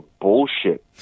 bullshit